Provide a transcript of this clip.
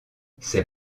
ses